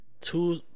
Two